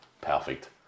perfect